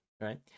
right